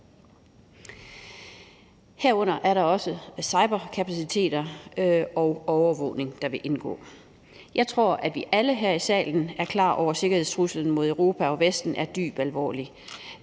Herunder er der også cyberkapaciteter og overvågning, der vil indgå. Jeg tror, at vi alle her i salen er klar over, at sikkerhedstruslen mod Europa og Vesten er dybt alvorlig.